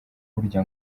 burya